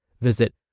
Visit